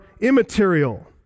immaterial